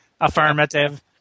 Affirmative